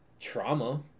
trauma